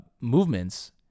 movements